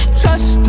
trust